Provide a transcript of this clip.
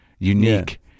unique